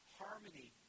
harmony